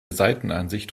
seitenansicht